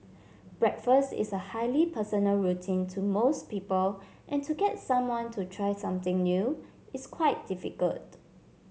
breakfast is a highly personal routine to most people and to get someone to try something new is quite difficult